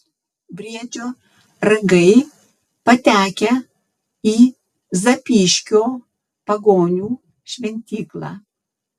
briedžio ragai patekę į zapyškio pagonių šventyklą